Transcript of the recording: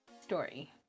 story